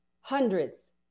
Hundreds